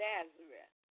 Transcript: Nazareth